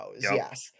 yes